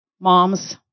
moms